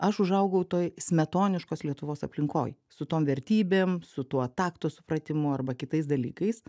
aš užaugau toj smetoniškos lietuvos aplinkoj su tom vertybėm su tuo takto supratimu arba kitais dalykais